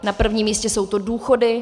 Na prvním místě jsou to důchody.